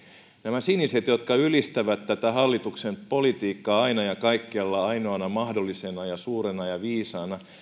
näistä sinisistä jotka ylistävät tätä hallituksen politiikkaa aina ja kaikkialla ainoana mahdollisena ja suurena ja viisaana